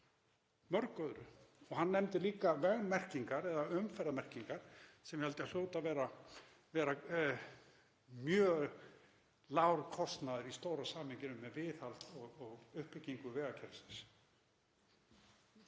mörgu öðru. Hann nefndi líka vegmerkingar eða umferðarmerkingar sem held ég að hljóti að vera mjög lágur kostnaður í stóra samhenginu með viðhaldi og uppbyggingu vegakerfisins.